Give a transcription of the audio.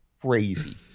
crazy